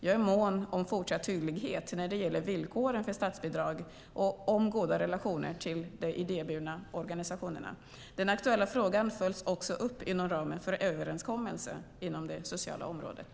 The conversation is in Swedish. Jag är mån om fortsatt tydlighet när det gäller villkoren för statsbidrag och även om goda relationer till de idéburna organisationerna. Den aktuella frågan följs också upp inom ramen för överenskommelsen inom det sociala området .